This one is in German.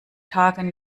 tage